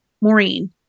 Maureen